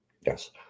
Yes